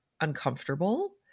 uncomfortable